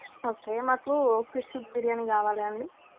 okay మాకు fish biryani కావాలి అండి